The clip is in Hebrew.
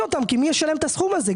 אותם כי אין מי שישלם את הסכום הזה.